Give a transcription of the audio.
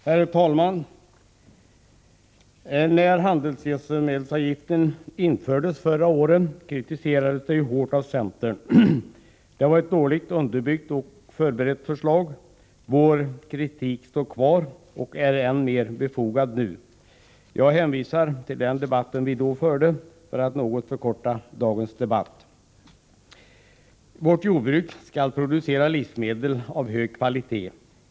Herr talman! När handelsgödselavgiften infördes förra året kritiserades den hårt av centern. Det var ett dåligt underbyggt och illa förberett förslag. Vår kritik står kvar och är än mer befogad nu. Jag hänvisar till den debatt vi då förde för att något förkorta dagens. Vårt jordbruk skall producera livsmedel av hög kvalitet.